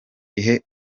ihe